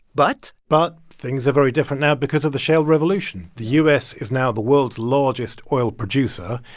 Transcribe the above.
but. but things are very different now because of the shale revolution. the u s. is now the world's largest oil producer.